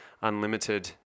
unlimited